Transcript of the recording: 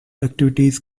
activities